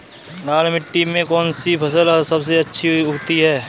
लाल मिट्टी में कौन सी फसल सबसे अच्छी उगती है?